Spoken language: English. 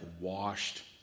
washed